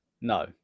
No